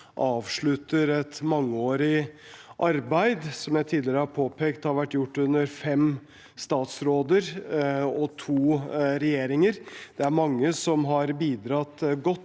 avslutter et mangeårig arbeid som jeg tidligere har påpekt har vært gjort under fem statsråder og to regjeringer. Det er mange som har bidratt godt